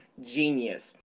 Genius